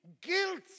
guilt